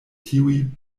tiuj